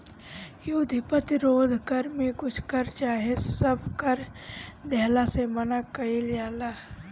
युद्ध प्रतिरोध कर में कुछ कर चाहे सब कर देहला से मना कईल जाला